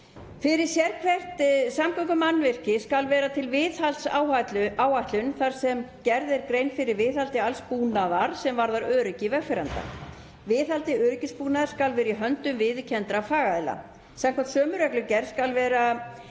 Fyrir sérhvert samgöngumannvirki skal vera til viðhaldsáætlun þar sem gerð er grein fyrir viðhaldi alls búnaðar sem varðar öryggi vegfarenda. Viðhald öryggisbúnaðar skal vera í höndum viðurkenndra fagaðila. Samkvæmt sömu reglugerð skal vera